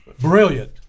Brilliant